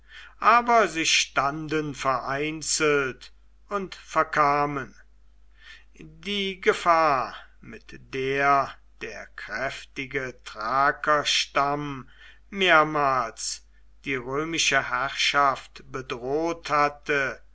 aber sie standen vereinzelt und verkamen die gefahr mit der der kräftige thrakerstamm mehrmals die römische herrschaft bedroht hatte